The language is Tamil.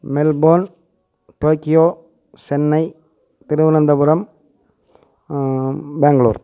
Melbourne Tokyo Chennai Thiruvananthapuram Bangalore